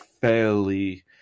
fairly